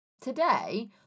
Today